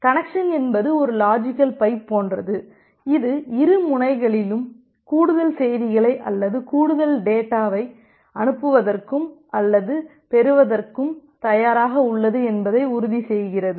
connection என்பது ஒரு logical pipe போன்றது இது இரு முனைகளிலும் கூடுதல் செய்திகளை அல்லது கூடுதல் டேட்டாவை அனுப்புவதற்கும் அல்லது பெறுவதற்கும் தயாராக உள்ளது என்பதை உறுதி செய்கிறது